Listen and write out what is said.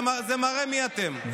זה מראה מי אתם.